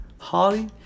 Holly